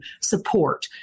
support